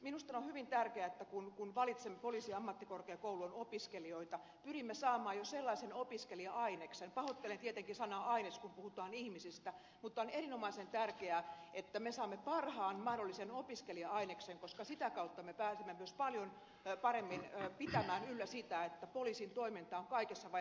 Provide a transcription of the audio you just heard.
minusta on hyvin tärkeää että kun valitsemme poliisiammattikorkeakouluun opiskelijoita pyrimme saamaan sellaisen opiskelija aineksen pahoittelen tietenkin sanaa aines kun puhutaan ihmisistä on erinomaisen tärkeää että me saamme parhaan mahdollisen opiskelija aineksen koska sitä kautta me pääsemme myös paljon paremmin pitämään yllä sitä että poliisin toiminta on kaikissa vaiheissa luotettavaa